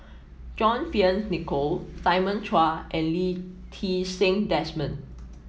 John Fearns Nicoll Simon Chua and Lee Ti Seng Desmond